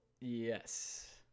Yes